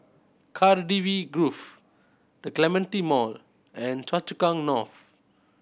Cardifi Grove The Clementi Mall and Choa Chu Kang North